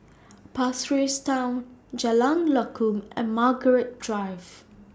Pasir Ris Town Jalan Lakum and Margaret Drive